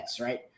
right